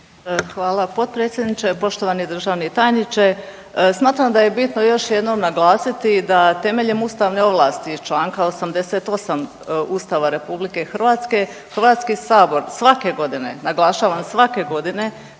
Hvala potpredsjedniče. Poštovani državni tajniče, smatram da je bitno još jednom naglasiti da temeljem ustavne ovlasti iz Članka 88. Ustava RH Hrvatski sabor svake godine, naglašavam svake godine